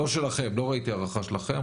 לא ראיתי הערכה שלכם.